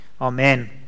Amen